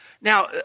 Now